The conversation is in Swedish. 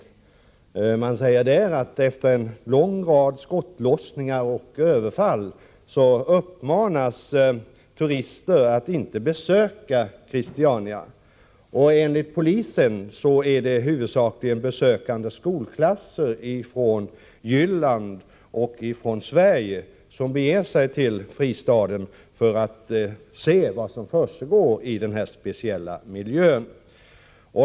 Efter en lång rad skottlossningar och överfall uppmanas turister att inte besöka Christiania. Enligt polisen är det huvudsakligen besökande skolklasser från Jylland och från Sverige som beger sig till fristaden för att se vad som försiggår i denna speciella miljö.